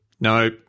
no